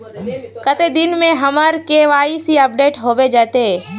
कते दिन में हमर के.वाई.सी अपडेट होबे जयते?